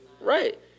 Right